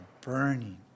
burning